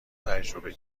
تجربه